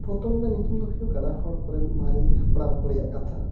ᱯᱚᱛᱚᱵ ᱨᱮᱭᱟᱜ ᱧᱩᱛᱩᱢ ᱫᱚ ᱦᱩᱭᱩᱜ ᱠᱟᱱᱟ ᱦᱚᱲ ᱠᱚᱨᱮᱱ ᱢᱟᱨᱮ ᱦᱟᱯᱲᱟᱢ ᱠᱚ ᱨᱮᱭᱟᱜ ᱠᱟᱛᱷᱟ